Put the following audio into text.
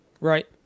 Right